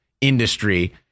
industry